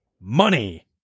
Money